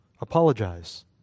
Apologize